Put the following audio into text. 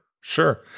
sure